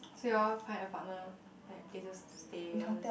so you'll find apartment lor like places to stay all those